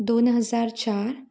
दोन हजार चार